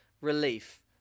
relief